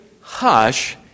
hush